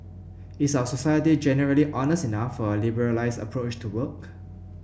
is our society generally honest enough for a liberalised approach to work